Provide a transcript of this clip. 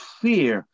fear